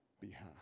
behalf